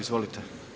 Izvolite.